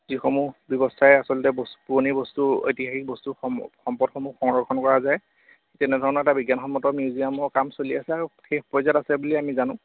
যিসমূহ ব্যৱস্থাই আচলতে পুৰণি বস্তু ঐতিহাসিক বস্তু সম সম্পদসমূহ সংৰক্ষণ কৰা যায় তেনেধৰণৰ এটা বিজ্ঞানসন্মত মিউজিয়ামৰ কাম চলি আছে আৰু শেষ পৰ্যায়ত আছে বুলি আমি জানোঁ